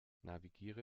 navigiere